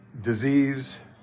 disease